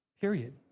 period